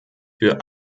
für